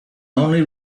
only